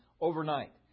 overnight